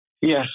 Yes